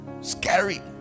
Scary